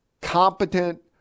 competent